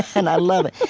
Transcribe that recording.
and i love it.